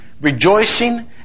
rejoicing